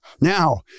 Now